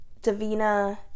Davina